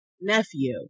nephew